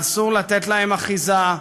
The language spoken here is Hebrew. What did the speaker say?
ואסור לתת להם אחיזה.